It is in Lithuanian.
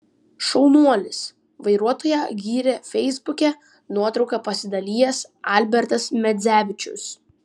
šaunuolis vairuotoją gyrė feisbuke nuotrauka pasidalijęs albertas medzevičius